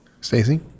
Stacey